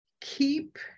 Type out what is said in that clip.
keep